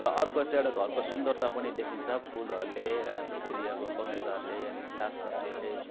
र अर्को चाहिँ एउटा घरको सुन्दरता पनि देखिन्छ फुलहरूले जसरी अब बगैँचाहरूले अनि सागसब्जीहरूले